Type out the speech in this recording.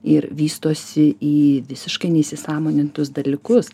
ir vystosi į visiškai neįsisąmonintus dalykus